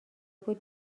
بود